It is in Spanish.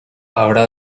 habrá